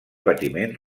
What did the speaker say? patiment